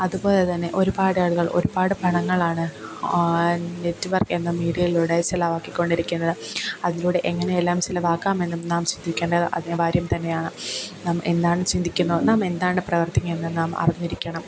അതുപോലെത്തന്നെ ഒരുപാട് ആളുകൾ ഒരുപാട് പടങ്ങളാണ് നെറ്റ്വർക്ക് എന്ന മീഡിയയിലൂടെ ചെലവാക്കിക്കൊണ്ടിരിക്കുന്നത് അതിലൂടെ എങ്ങനെയെല്ലാം ചിലവാക്കാമെന്നും നാം ചിന്തിക്കേണ്ടത് അനിവാര്യം തന്നെയാണ് നാം എന്താണ് ചിന്തിക്കുന്നത് നാം എന്താണ് പ്രവർത്തിക്കുന്നത് എന്ന് നാം അറിഞ്ഞിരിക്കണം